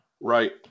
Right